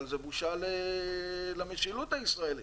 אבל זו בושה למשילות הישראלית.